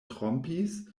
trompis